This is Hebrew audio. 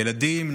ילדים,